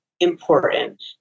Important